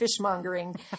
fishmongering